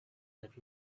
that